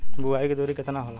बुआई के दूरी केतना होला?